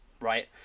right